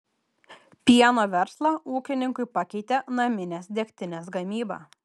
pieno verslą ūkininkui pakeitė naminės degtinės gamyba